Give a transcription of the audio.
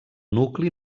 nucli